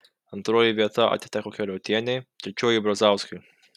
antroji vieta atiteko keliuotienei trečioji brazauskiui